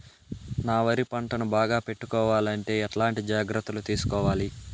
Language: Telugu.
నా వరి పంటను బాగా పెట్టుకోవాలంటే ఎట్లాంటి జాగ్రత్త లు తీసుకోవాలి?